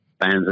fans